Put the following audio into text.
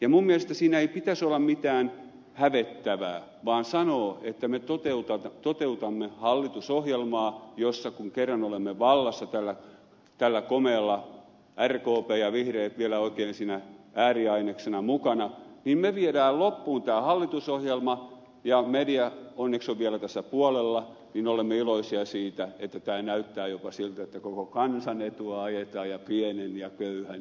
ja minun mielestäni siinä ei pitäisi olla mitään hävettävää vaan pitäisi sanoa että me toteutamme hallitusohjelmaa kun kerran olemme vallassa tällä komealla rkp ja vihreät vielä oikein siinä ääriaineksena mukana niin me viemme loppuun tämän hallitusohjelman ja media onneksi on vielä tässä puolella niin olemme iloisia siitä että tämä näyttää jopa siltä että koko kansan etua ajetaan ja pienen ja köyhän